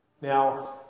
now